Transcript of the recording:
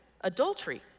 adultery